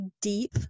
deep